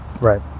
right